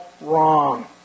wrong